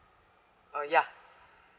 oh ya